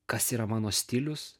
kas yra mano stilius